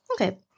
Okay